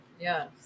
Yes